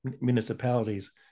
municipalities